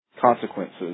consequences